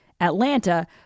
Atlanta